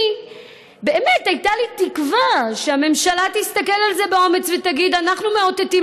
ובאמת הייתה לי תקווה שממשלה תסתכל על זה באומץ ותגיד: אנחנו מאותתים